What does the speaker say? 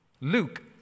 Luke